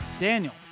Daniel